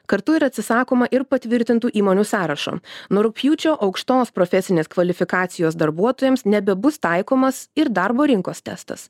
kartu ir atsisakoma ir patvirtintų įmonių sąrašo nuo rugpjūčio aukštos profesinės kvalifikacijos darbuotojams nebebus taikomas ir darbo rinkos testas